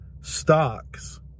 stocks